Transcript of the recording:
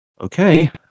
Okay